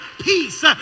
peace